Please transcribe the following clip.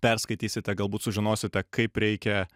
perskaitysite galbūt sužinosite kaip reikia